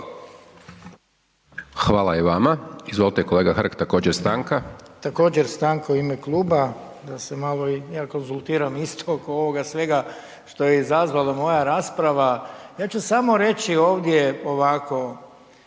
Hvala i vama. Izvolite kolega Hrg, također stanka? **Hrg, Branko (HDS)** Također stanka u ime kluba da se malo i ja konzultiram isto oko ovoga svega što je izazvala moja rasprava. Ja ću samo reći ovdje ovako.